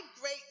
great